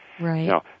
Right